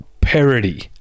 parody